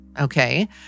Okay